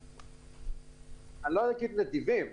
לא אגיד נדיבים,